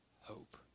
hope